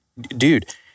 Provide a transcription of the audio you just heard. dude